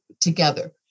together